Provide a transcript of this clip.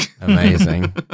Amazing